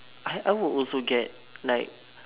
I I would also get like